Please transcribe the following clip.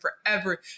forever